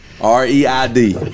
R-E-I-D